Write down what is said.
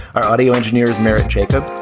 our audio engineer is mary jacob.